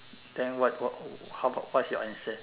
then what what how about what is your answer